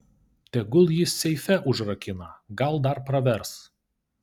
tegul jį seife užrakina gal dar pravers